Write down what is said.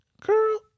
girl